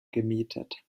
gemietet